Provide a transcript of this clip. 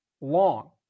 Long